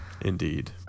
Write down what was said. Indeed